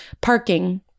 Parking